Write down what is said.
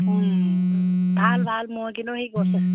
ভাল ভাল মই কিন্তু হেৰি